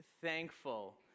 thankful